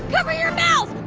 cover your mouth, and